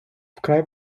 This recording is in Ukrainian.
вкрай